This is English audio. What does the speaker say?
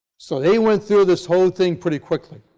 so they went through this whole thing pretty quickly.